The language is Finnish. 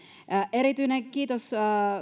erityinen kiitos